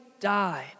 died